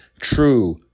true